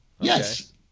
Yes